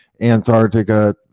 Antarctica